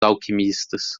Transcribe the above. alquimistas